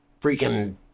freaking